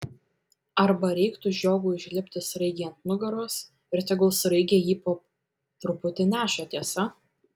arba reiktų žiogui užlipti sraigei ant nugaros ir tegul sraigė jį po truputį neša tiesa